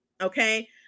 Okay